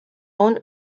اون